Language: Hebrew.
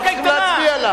אנחנו צריכים להצביע עליו.